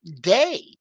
day